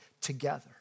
together